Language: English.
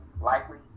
likely